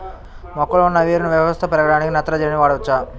మొక్కలో ఉన్న వేరు వ్యవస్థ పెరగడానికి నత్రజని వాడవచ్చా?